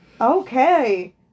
Okay